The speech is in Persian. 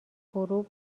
غروب